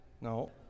No